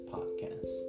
Podcast